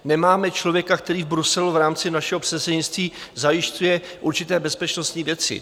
Nemáme člověka, který v Bruselu v rámci našeho předsednictví zajišťuje určité bezpečnostní věci.